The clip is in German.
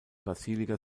basilika